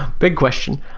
big question.